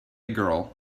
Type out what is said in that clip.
girl